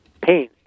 pain